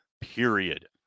period